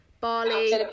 Bali